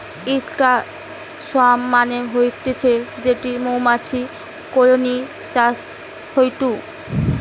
ইকটা সোয়ার্ম মানে হতিছে যেটি মৌমাছির কলোনি চাষ হয়ঢু